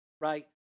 right